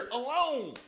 alone